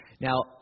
Now